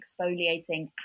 exfoliating